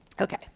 Okay